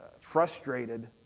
frustrated